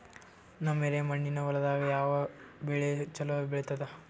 ನಮ್ಮ ಎರೆಮಣ್ಣಿನ ಹೊಲದಾಗ ಯಾವ ಬೆಳಿ ಚಲೋ ಬೆಳಿತದ?